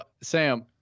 Sam